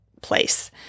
place